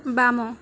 ବାମ